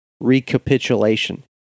recapitulation